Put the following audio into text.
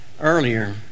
earlier